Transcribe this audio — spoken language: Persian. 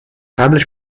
قبلش